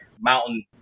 mountain